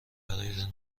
برایتان